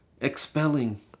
expelling